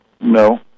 No